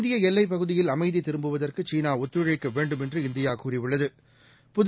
இந்தியஎல்லைப் பகுதியில் அமைதிதிரும்புவதற்குசீனாஒத்துழைக்கவேண்டும் என்று இந்தியாகூறியுள்ளது